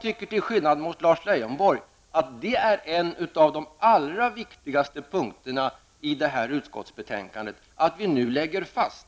Till skillnad från Lars Leijonborg tycker jag att en av de allra viktigaste punkterna i det här utskottsbetänkandet är att vi nu lägger fast